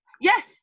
Yes